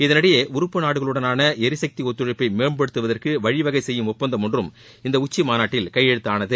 இதனிடையே உறப்பு நாடுகளுடனான எரிசக்தி ஒத்துழைப்பை மேம்படுத்துவதற்கு வழி வகை செய்யும் ஒப்பந்தம் ஒன்றும் இந்த உச்சிமாநாட்டில் கையெழுத்தானது